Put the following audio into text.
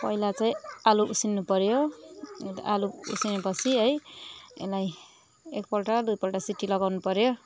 पहिला चाहिँ आलु उसिन्नु पऱ्यो अन्त आलु उसिनेपछि है यसलाई एकपल्ट दुईपल्ट सिटी लगाउनु पऱ्यो